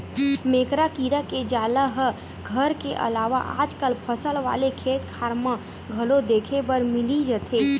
मेकरा कीरा के जाला ह घर के अलावा आजकल फसल वाले खेतखार म घलो देखे बर मिली जथे